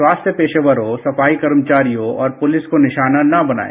स्वास्थ्य पेशेवरों सफाई कर्मचारियों और पुलिस को निशाना न बनाएं